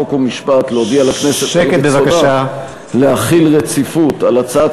חוק ומשפט להודיע לכנסת על רצונה להחיל דין רציפות על הצעת